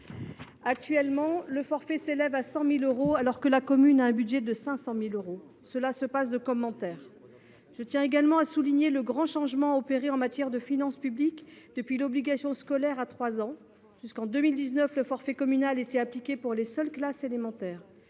Annuellement, le forfait s’élève donc à 100 000 euros, alors que la commune dispose d’un budget de 500 000 euros ; cela se passe de commentaires… Je tiens également à souligner le grand changement opéré en matière de finances publiques depuis la fixation de l’obligation de scolarisation dès l’âge de 3 ans. Jusqu’en 2019, le forfait communal était appliqué pour les seules classes élémentaires.